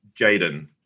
Jaden